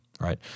right